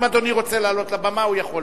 אם אדוני רוצה לעלות לבמה, הוא יכול.